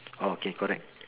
okay correct